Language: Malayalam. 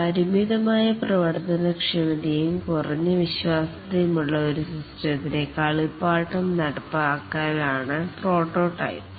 പരിമിതമായ പ്രവർത്തനക്ഷമതയും കുറഞ്ഞ വിശ്വാസ്യതയും ഉള്ള സിസ്റ്റത്തിന് കളിപ്പാട്ട നടപ്പാക്കലാണ് പ്രോട്ടോടൈപ്പ്